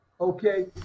okay